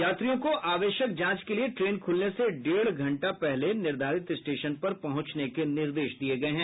यात्रियों को आवश्यक जांच के लिए ट्रेन ख़ुलने से डेढ़ घंटा पहले निर्धारित स्टेशन पर पहुंचने के निर्देश दिये गये हैं